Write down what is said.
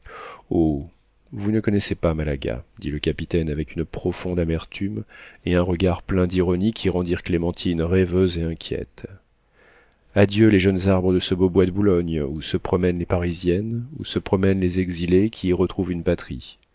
vous ne connaissez pas malaga dit le capitaine avec une profonde amertume et un regard plein d'ironie qui rendirent clémentine rêveuse et inquiète adieu les jeunes arbres de ce beau bois de boulogne où se promènent les parisiennes où se promènent les exilés qui y retrouvent une patrie